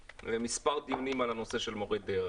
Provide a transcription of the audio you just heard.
מספר דיונים על הנושא של מורי דרך,